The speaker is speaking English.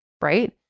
right